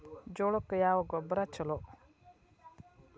ಜೋಳಕ್ಕ ಯಾವ ಗೊಬ್ಬರ ಛಲೋ?